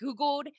googled